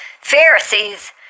Pharisees